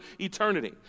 eternity